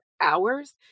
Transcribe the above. hours